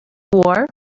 war